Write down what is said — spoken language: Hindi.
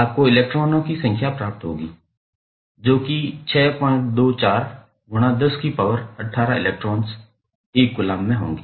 आपको इलेक्ट्रॉनों की संख्या प्राप्त होगी जो कि इलेक्ट्रॉन 1 कूलम्ब में होगी